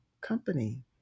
company